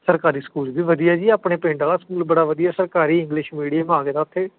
ਸਰਕਾਰੀ ਸਕੂਲ ਵੀ ਵਧੀਆ ਜੀ ਆਪਣੇ ਪਿੰਡ ਵਾਲਾ ਸਕੂਲ ਬੜਾ ਵਧੀਆ ਸਰਕਾਰੀ ਇੰਗਲਿਸ਼ ਮੀਡੀਅਮ ਆ ਗਏ ਦਾ ਉੱਥੇ